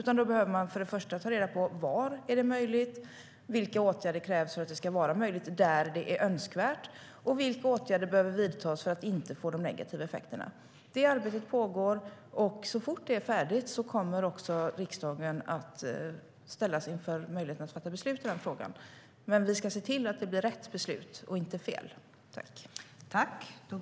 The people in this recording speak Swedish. Man behöver först och främst ta reda på var det är möjligt, vilka åtgärder som krävs för att det ska vara möjligt där det är önskvärt och vilka åtgärder som behöver vidtas för att inte få de negativa effekterna.